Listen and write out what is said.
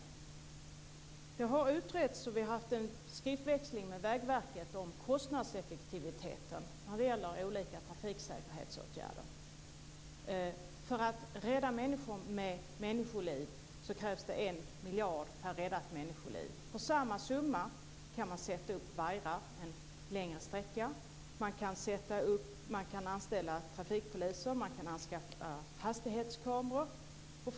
Men det har utretts och vi har haft en skriftväxling med Vägverket om kostnadseffektiviteten när det gäller olika trafiksäkerhetsåtgärder. För att rädda människor med människoliv krävs det 1 miljard per räddat människoliv. För samma summa kan man sätta upp vajrar på en längre sträcka. Man kan också anställa trafikpoliser och anskaffa hastighetskameror.